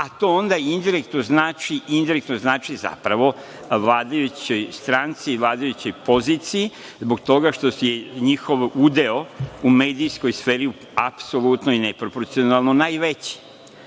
a to onda indirektno znači vladajućoj stranci, vladajućoj poziciji, zbog toga što je njihov udeo u medijskoj sferi apsolutno i neproporcionalno najveći. Znači,